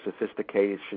sophistication